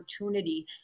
opportunity